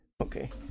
Okay